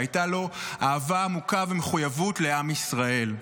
שהייתה לו אהבה עמוקה ומחויבות לעם ישראל.